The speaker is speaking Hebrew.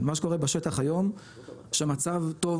מה שקורה בשטח היום שהמצב טוב,